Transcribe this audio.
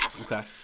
Okay